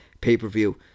pay-per-view